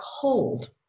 cold